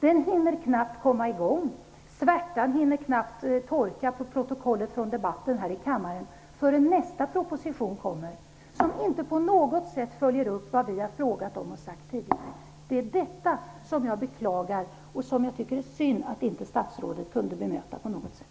Den hinner knappt komma i gång, och svärtan hinner knappt torka i protokollet från debatten här i kammaren, förrän nästa proposition kommer. I den tar man inte på något sätt hänsyn till vad vi har frågat om och sagt tidigare. Det beklagar jag. Det är synd att statsrådet inte kan bemöta det på något sätt.